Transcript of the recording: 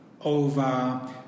over